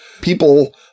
people